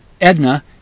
Edna